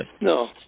No